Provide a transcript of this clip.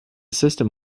system